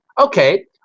okay